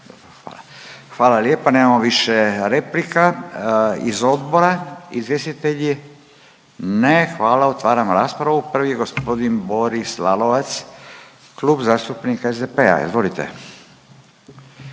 Hvala lijepa. Nemamo više replika. Iz odbora izvjestitelji? Ne. Hvala. Otvaram raspravu. Prvi je gospodin Boris Lalovac, Klub zastupnika SDP-a. Izvolite.